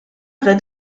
rennt